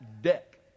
deck